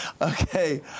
Okay